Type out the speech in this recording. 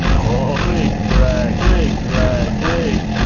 ah click, drag, click, drag, click, dra,